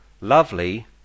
lovely